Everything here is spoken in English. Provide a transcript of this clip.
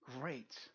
great